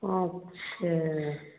अच्छा